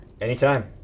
Anytime